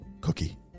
cookie